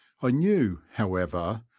i knew, however,